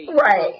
Right